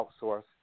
outsource